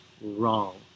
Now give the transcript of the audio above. wrong